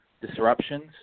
disruptions